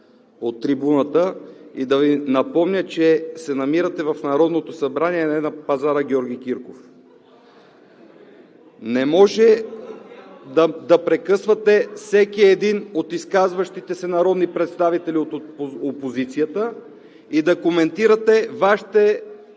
от трибуната, и да Ви напомня, че се намирате в Народното събрание, а не пазара „Георги Кирков“. (Шум и реплики от ГЕРБ и ОП.) Не може да прекъсвате всеки един от изказващите се народни представители от опозицията и да коментирате Вашите